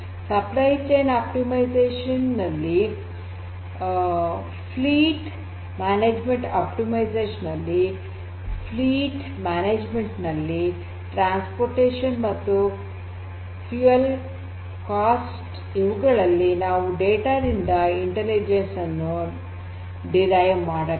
supply chain logistics optimization ನಲ್ಲಿ fleet management optimization ನಲ್ಲಿ fleet management ನಲ್ಲಿ ಸಾರಿಗೆ ಮತ್ತು ಇಂಧನ ವೆಚ್ಚ ಇವುಗಳಲ್ಲಿ ನಾವು ಡೇಟಾ ದಿಂದ ಇಂಟೆಲಿಜೆನ್ಸ್ ಅನ್ನು ಡಿರೈವ್ ಮಾಡಬೇಕು